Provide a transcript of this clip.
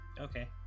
okay